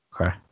okay